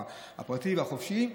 הפרטי והחופשי,